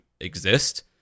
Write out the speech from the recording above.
exist